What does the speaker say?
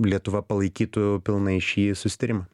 lietuva palaikytų pilnai šį susitarimą